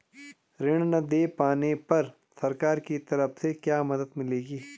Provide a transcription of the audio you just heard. ऋण न दें पाने पर सरकार की तरफ से क्या मदद मिलेगी?